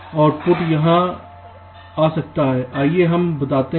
output यहां आ सकता है आइए हम बताते हैं